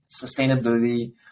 sustainability